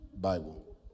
Bible